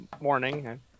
morning